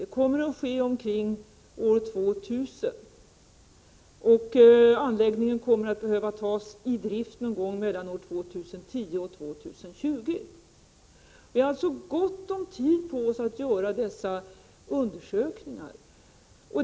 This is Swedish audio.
Det kommer att ske omkring år 2000, och anläggningen kommer att behöva tas i drift någon gång mellan år 2010 och 2020. Vi har alltså gott om tid på oss att göra dessa undersökningar.